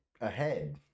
ahead